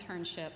internship